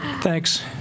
thanks